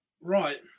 Right